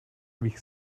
wich